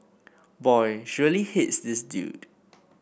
boy she really hates this dude